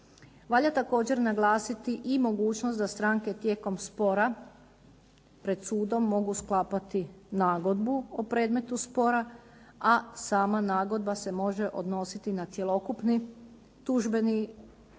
Valja također naglasiti i mogućnost da stranke tijekom spora pred sudom mogu sklapati nagodbu o predmetu spora, a sama nagodba se može odnositi na cjelokupni tužbeni zahtjev,